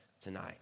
tonight